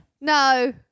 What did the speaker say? No